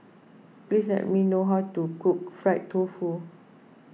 please tell me how to cook Fried Tofu